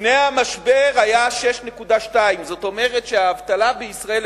לפני המשבר היה 6.2%. זאת אומרת שהשינוי באבטלה בישראל,